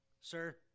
Sir